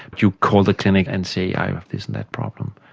you call the clinic and say i have this and that problem.